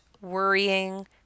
worrying